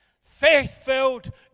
faith-filled